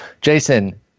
Jason